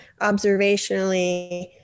observationally